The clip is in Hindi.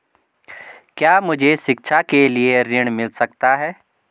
क्या मुझे शिक्षा के लिए ऋण मिल सकता है?